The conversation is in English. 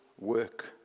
work